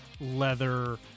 leather